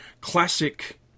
classic